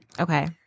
Okay